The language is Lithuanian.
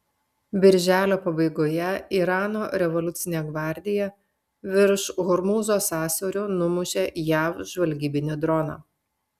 birželio pabaigoje irano revoliucinė gvardija virš hormūzo sąsiaurio numušė jav žvalgybinį droną